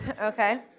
Okay